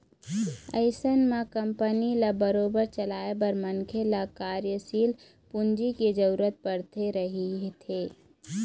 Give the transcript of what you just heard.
अइसन म कंपनी ल बरोबर चलाए बर मनखे ल कार्यसील पूंजी के जरुरत पड़ते रहिथे